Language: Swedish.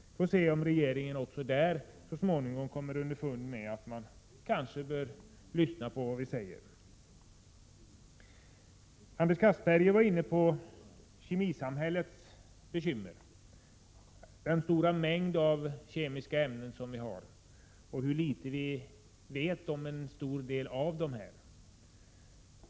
Vi får se om regeringen också där så småningom kommer underfund om att man bör lyssna på vad vi säger. Anders Castberger var inne på kemisamhällets bekymmer, bl.a. den stora mängden kemiska ämnen och hur litet vi vet om en stor del av dem.